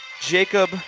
Jacob